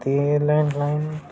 ते लँडलाईन